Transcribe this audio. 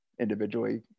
individually